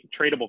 tradable